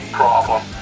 problem